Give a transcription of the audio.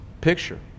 picture